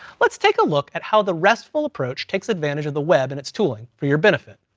let's take a look at how the restful approach takes advantage of the web, and it's tooling for your benefit,